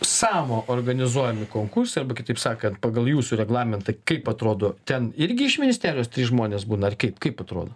savo organizuojamų konkursų arba kitaip sakant pagal jūsų reglamentą kaip atrodo ten irgi iš ministerijos žmonės būna ar kaip kaip atrodo